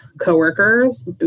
coworkers